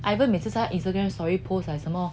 ivan 每次在他的 Instagram story post like 什么